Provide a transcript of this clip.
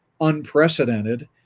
unprecedented